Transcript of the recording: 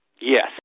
Yes